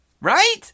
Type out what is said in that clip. right